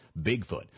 Bigfoot